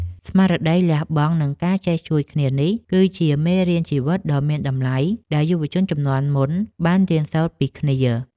ស្មារតីលះបង់ និងការចេះជួយគ្នានេះ គឺជាមេរៀនជីវិតដ៏មានតម្លៃដែលយុវជនជំនាន់មុនបានរៀនសូត្រពីគ្នា។